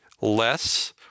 less